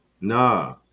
Nah